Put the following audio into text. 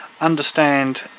understand